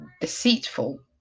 deceitful